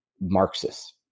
Marxists